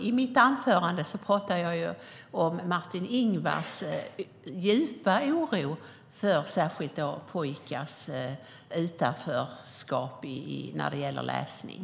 I mitt anförande talade jag om Martin Ingvars djupa oro för särskilt pojkars utanförskap när det gäller läsning.